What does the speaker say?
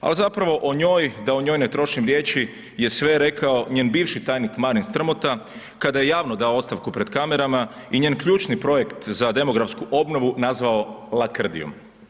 A zapravo o njoj, da o njoj ne trošim riječi je sve rekao njen bivši tajnik Marin Strmota kada je javno dao ostavku pred kamerama i njen ključni projekt za demografsku obnovu nazvao lakrdijom.